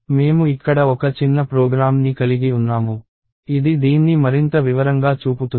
మేము ఇక్కడ ఒక చిన్న ప్రోగ్రామ్ని కలిగి ఉన్నాము ఇది దీన్ని మరింత వివరంగా చూపుతుంది